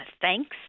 thanks